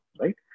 right